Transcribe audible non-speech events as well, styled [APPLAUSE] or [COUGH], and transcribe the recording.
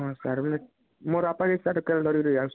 ହଁ ସାର୍ ମୋ ବାପା [UNINTELLIGIBLE]